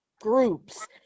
groups